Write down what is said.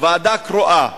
ועדה קרואה.